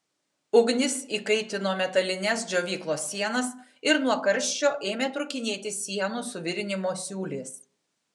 ugnis įkaitino metalines džiovyklos sienas ir nuo karščio ėmė trūkinėti sienų suvirinimo siūlės